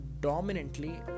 dominantly